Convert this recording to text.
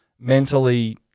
mentally